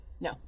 No